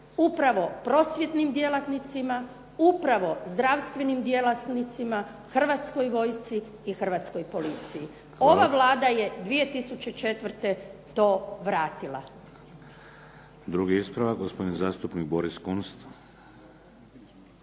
upravo prosvjetnim djelatnicima, upravo zdravstvenim djelatnicima, Hrvatskoj vojsci i Hrvatskoj policiji. Ova vlada je 2004. to vratila.